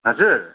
हजुर